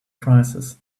crisis